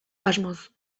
asmoz